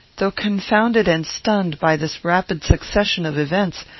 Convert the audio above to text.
though confounded and stunned by this rapid succession of events,